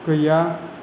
गैया